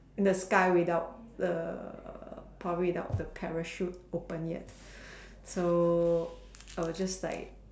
in the sky without the probably without the parachute open yet so I was just like